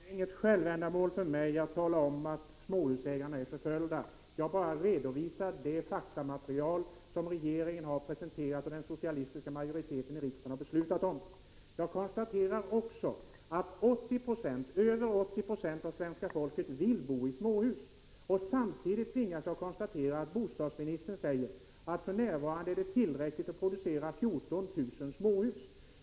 Herr talman! Det är inget självändamål för mig att tala om att småhusägarna är förföljda. Jag redovisar bara det faktamaterial som regeringen har presenterat och som den socialistiska majoriteten i riksdagen har beslutat om. Jag konstaterar också att över 80 26 av svenska folket vill bo i småhus. Samtidigt tvingas jag konstatera att bostadsministern säger att det för närvarande är tillräckligt att producera 14 000 småhus.